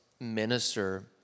minister